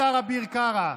סגן השר אביר קארה,